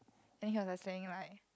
then he was like saying like